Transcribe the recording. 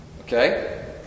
Okay